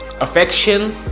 affection